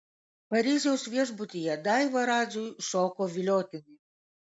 paryžiaus viešbutyje daiva radžiui šoko viliotinį